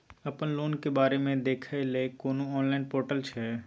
अपन लोन के बारे मे देखै लय कोनो ऑनलाइन र्पोटल छै?